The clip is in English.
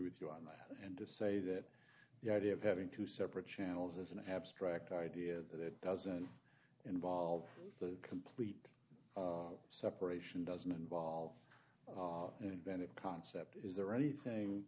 with you on that and to say that the idea of having two separate channels as an abstract idea that it doesn't involve the complete separation doesn't involve an inventive concept is there anything